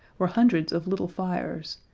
were hundreds of little fires,